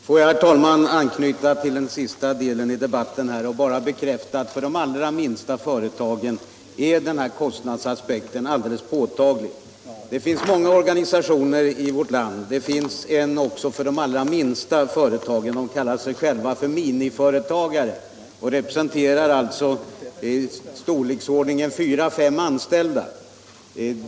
Herr talman! Får jag bara anknyta till den sista delen av debatten och bekräfta att denna kostnadsaspekt är särskilt påtaglig för de allra minsta företagen. Det finns många organisationer i vårt land, och det finns en också för de minsta företagen. Dess medlemmar kallar sig själva för miniföretagare och representerar företag i storleksordningen 4-5 an ställda.